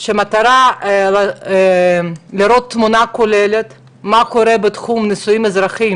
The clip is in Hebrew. שמטרתו לראות את התמונה הכוללת של מה קורה בתחום הנישואים האזרחיים,